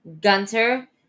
Gunter